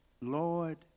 Lord